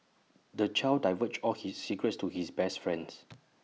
the child divulged all his secrets to his best friends